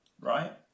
right